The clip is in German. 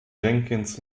jenkins